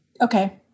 Okay